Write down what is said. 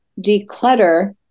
declutter